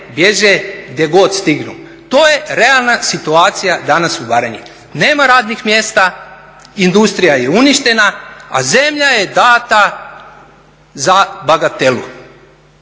bježe gdje god stignu. To je realna situacija danas u Baranji. Nema radnih mjesta, industrija je uništena a zemlja je dana za bagatelu.